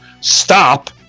stop